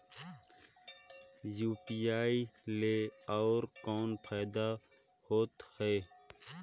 UPI ले अउ कौन फायदा होथ है?